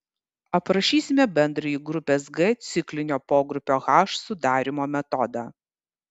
aprašysime bendrąjį grupės g ciklinio pogrupio h sudarymo metodą